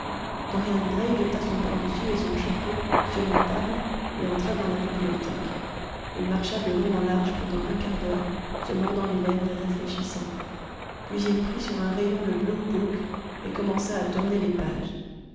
dorian gray jeta son pardessus et son chapeau sur une table et entra dans la bibliothèque il marcha de long en large pendant un quart d'heure se mordant les lèvres et réfléchissant puis il prit sur un rayon le blue book et commença à tourner les pages